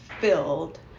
filled